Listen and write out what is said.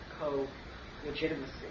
co-legitimacy